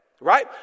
right